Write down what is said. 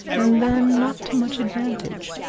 and then not to much advantage.